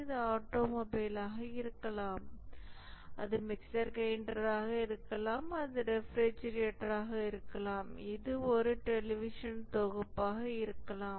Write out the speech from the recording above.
இது ஆட்டோமொபைலாக இருக்கலாம் அது மிக்சர் கிரைண்டராக இருக்கலாம் அது ரெப்ரிஜிரேட்டர் ஆக இருக்கலாம் இது ஒரு டெலிவிஷன் தொகுப்பாக இருக்கலாம்